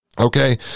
Okay